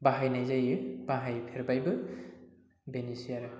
बाहायनाय जायो बाहायफेरबायबो बेनोसै आरो